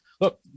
look